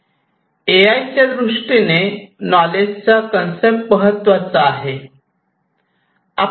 ए I दृष्टीने knowledge चा concept महत्त्वाचा आहे